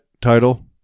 title